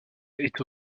était